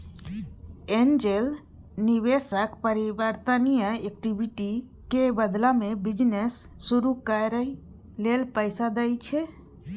angel निवेशक परिवर्तनीय equity के बदला में बिजनेस शुरू करइ लेल पैसा दइ छै